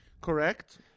Correct